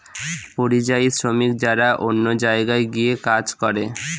পরিযায়ী শ্রমিক যারা অন্য জায়গায় গিয়ে কাজ করে